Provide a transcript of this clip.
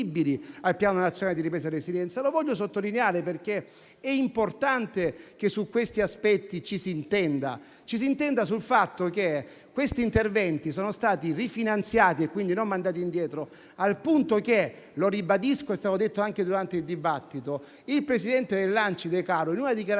il Piano nazionale di ripresa e resilienza. Lo voglio sottolineare perché è importante che su questi aspetti ci si intenda. Occorre intendersi sul fatto che questi interventi sono stati rifinanziati - quindi non mandati indietro - al punto che - lo ribadisco ed è stato detto anche durante il dibattito - il presidente Decaro, in una dichiarazione,